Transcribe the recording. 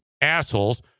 assholes